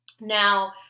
Now